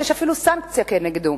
יש אפילו סנקציה כנגדו.